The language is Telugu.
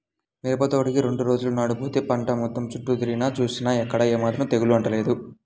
మిరపతోటకి రెండు రోజుల నాడు బోతే పంట మొత్తం చుట్టూ తిరిగి జూసినా ఎక్కడా ఏమాత్రం తెగులు అంటలేదు